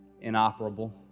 inoperable